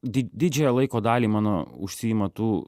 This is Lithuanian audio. di didžiąją laiko dalį mano užsiima tų